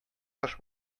кыш